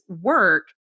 work